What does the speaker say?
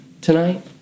tonight